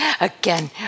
again